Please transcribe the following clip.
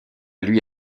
lui